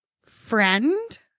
friend